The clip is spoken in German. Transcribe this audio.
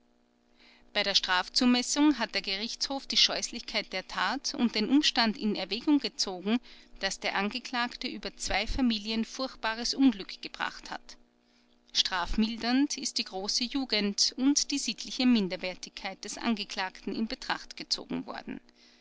bei der strafzumessung hat der gerichtshof die scheußlichkeit der tat und den umstand in erwägung gezogen daß der angeklagte über zwei familien furchtbares unglück gebracht hat strafmildernd ist die große jugend und die sittliche minderwertigkeit des angeklagten in betracht gezogen worden